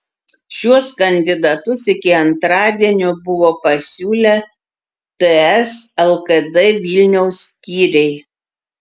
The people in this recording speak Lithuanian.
šiuos kandidatus iki antradienio buvo pasiūlę ts lkd vilniaus skyriai